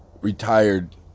retired